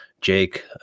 Jake